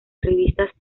revistas